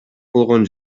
болгон